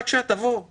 בבקשה, תבואו ותגידו: